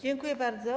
Dziękuję bardzo.